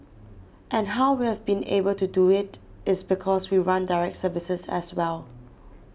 and how we have been able to do it it's because we run direct services as well